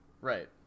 right